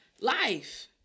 life